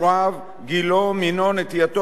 נטייתו המינית או מוגבלותו.